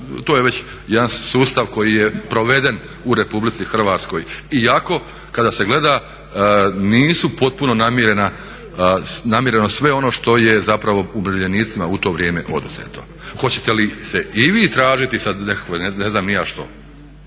to je već jedan sustav koji je proveden u Republici Hrvatskoj. Iako kada se gleda nije potpuno namireno sve ono što je zapravo umirovljenicima u to vrijeme oduzeto. Hoćete li i vi tražiti sada nekakvo ne znam ni ja što?